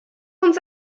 uns